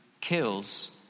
kills